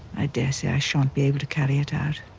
i daresay i shan't be able to carry it out.